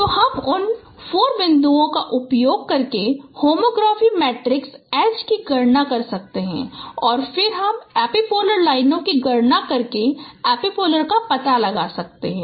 तो हम उन 4 बिंदुओं का उपयोग करके होमोग्राफी मैट्रिक्स H की गणना कर सकते हैं और फिर हम एपीपोलर लाइनों की गणना करके एपिपोल का पता लगा सकते हैं